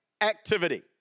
activity